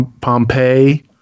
Pompeii